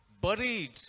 buried